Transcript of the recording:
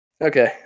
Okay